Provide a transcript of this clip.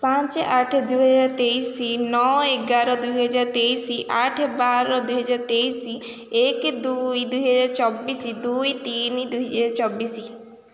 ପାଞ୍ଚ ଆଠ ଦୁଇ ହଜାର ତେଇଶି ନଅ ଏଗାର ଦୁଇ ହଜାର ତେଇଶି ଆଠ ବାର ଦୁଇ ହଜାର ତେଇଶି ଏକ ଦୁଇ ଦୁଇ ହଜାର ଚବିଶି ଦୁଇ ତିନି ଦୁଇ ହଜାର ଚବିଶି